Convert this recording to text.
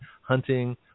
hunting